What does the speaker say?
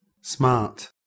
Smart